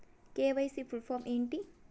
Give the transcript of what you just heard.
KYC full form ఏంటి?